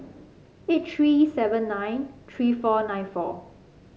eight three seven nine three four nine four